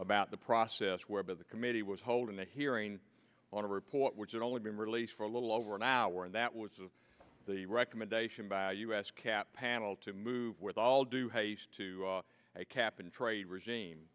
about the process whereby the committee was holding a hearing on a report which had only been released for a little over an hour and that was the recommendation by us cap panel to move with all due haste to a cap and trade regime